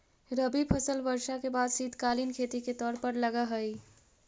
रबी फसल वर्षा के बाद शीतकालीन खेती के तौर पर लगऽ हइ